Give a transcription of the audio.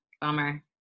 Bummer